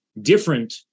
different